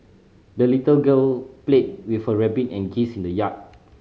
the little girl played with her rabbit and geese in the yard